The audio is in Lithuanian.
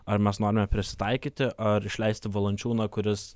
ar mes norime prisitaikyti ar išleisti valančiūną kuris